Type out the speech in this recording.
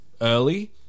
early